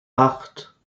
acht